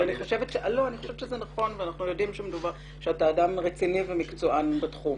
אבל אני חושבת שזה נכון ואנחנו יודעים שאתה אדם רציני ומקצוען בתחום,